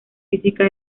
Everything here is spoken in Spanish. física